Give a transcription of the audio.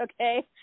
Okay